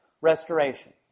restoration